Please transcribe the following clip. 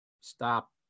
stop